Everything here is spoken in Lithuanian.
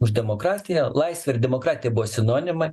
už demokratiją laisvė ir demokratija buvo sinonimai